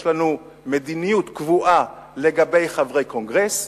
יש לנו מדיניות קבועה לגבי חברי קונגרס,